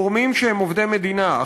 גורמים שהם עובדי מדינה,